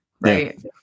right